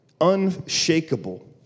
Unshakable